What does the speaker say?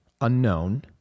unknown